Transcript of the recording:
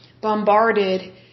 bombarded